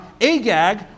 Agag